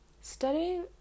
studying